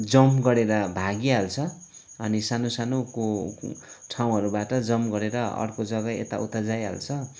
jump गरेर भागिहाल्छ अनि सानो सानोको ठाउँहरूबाट जम्प गरेर अर्को जग्गा यताउता जाइहाल्छ